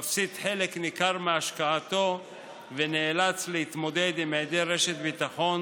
הוא מפסיד חלק ניכר מהשקעתו ונאלץ להתמודד עם היעדר רשת ביטחון